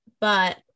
but-